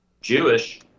Jewish